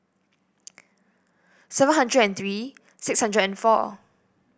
seven hundred and three six hundred and four